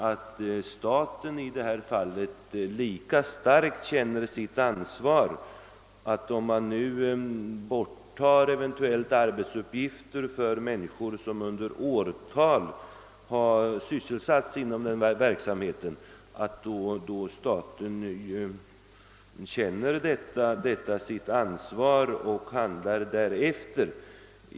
Om staten eventuellt tar bort arbetsuppgifter för människor som under åratal har sysselsatts inom denna verksamhet bör staten känna sitt ansvar och handla därefter.